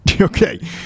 okay